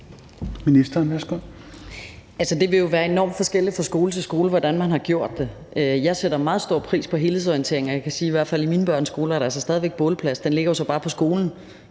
det vil jo være enormt forskelligt fra skole til skole, hvordan man har gjort det. Jeg sætter meget stor pris på helhedsorientering, og jeg kan sige, at der i hvert fald i mine børns skole stadig væk er bålplads; den ligger jo så altså bare på skolen,